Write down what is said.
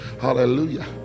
hallelujah